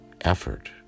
effort